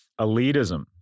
elitism